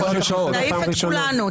תעיף את כולנו.